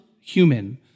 human